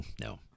No